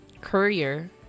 courier